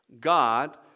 God